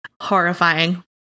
Horrifying